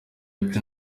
uretse